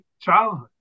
childhood